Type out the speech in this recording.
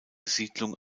siedlung